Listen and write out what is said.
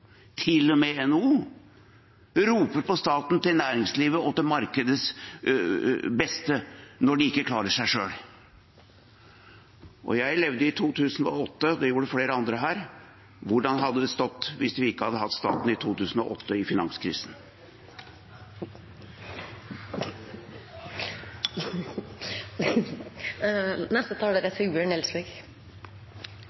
roper på staten, til næringslivet og til markedets beste, når de ikke klarer seg selv. Jeg levde i 2008, og det gjorde også flere andre her. Hvordan hadde det stått til hvis vi ikke hadde staten under finanskrisen i 2008? Folk og bedrifter i hele Norge er